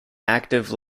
active